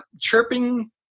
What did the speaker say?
chirping